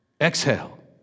Exhale